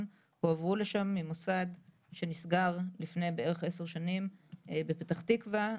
הועברו לשם ממוסד שנסגר לפני כ-10 שנים בפתח תקווה,